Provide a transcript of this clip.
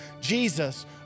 Jesus